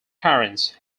parents